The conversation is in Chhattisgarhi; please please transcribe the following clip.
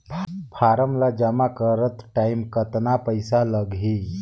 फारम ला जमा करत टाइम कतना पइसा लगही?